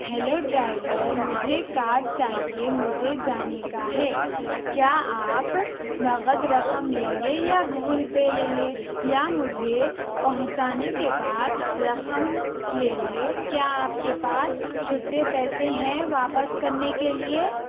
hello driver مجھے car چاہیے مجھے جانے کا ہے کیا آپ نقد رقم لیں گے یا گوگل پے لیں گے یا مجھے پہنچانے کے بعد رقم لیں گے کیا آپ کے پاس چُھٹّے پیسے ہیں واپس کرنے کے لیے